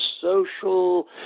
social